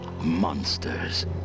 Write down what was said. monsters